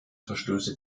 verstöße